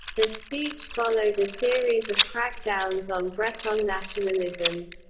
the speech followed a series of crackdowns on breton nationalism.